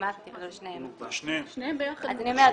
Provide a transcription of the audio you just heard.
לשניהם ביחד.